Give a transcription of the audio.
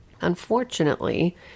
unfortunately